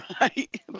Right